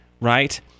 right